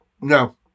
No